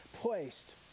placed